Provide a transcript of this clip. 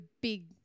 big